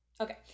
Okay